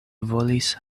volis